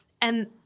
And-